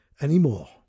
Anymore